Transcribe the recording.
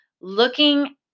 looking